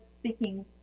speaking